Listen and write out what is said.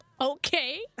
okay